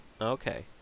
Okay